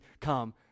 come